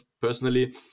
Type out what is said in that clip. personally